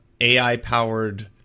AI-powered